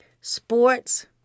sports